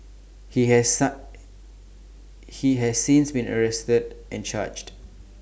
he has he has since been arrested and charged